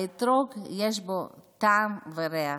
האתרוג, יש בו טעם וריח,